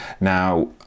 Now